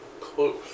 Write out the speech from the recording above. close